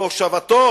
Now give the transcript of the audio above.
והושבתו